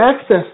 access